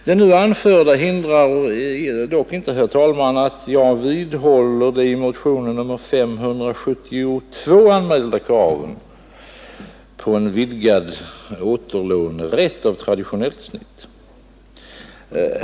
Det nu anförda hindrar dock inte, herr talman, att jag vidhåller de i motionen 572 anförda kraven på en vidgad återlånerätt av traditionellt snitt.